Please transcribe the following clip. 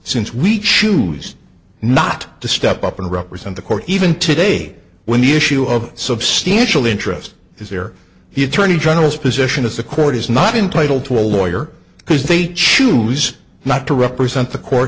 since we choose not to step up and represent the court even today when the issue of substantial interest is there he attorney general's position is the court is not entitled to a lawyer because they choose not to represent the court